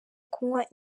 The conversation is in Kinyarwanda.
kunywa